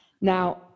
now